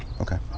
Okay